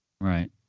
Right